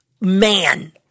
man